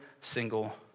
single